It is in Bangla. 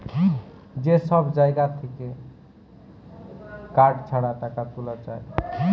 যে সব জাগা থাক্যে কার্ড ছাড়া টাকা তুলা যায়